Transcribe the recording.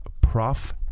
prof